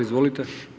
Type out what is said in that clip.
Izvolite.